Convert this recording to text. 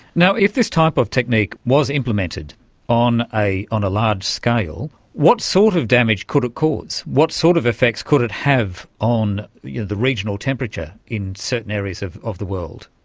if this type of technique was implemented on a on a large scale, what sort of damage could it cause? what sort of effects could it have on the regional temperature in certain areas of of the world?